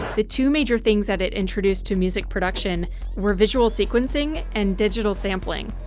the two major things that it introduced to music production were visual sequencing and digital sampling.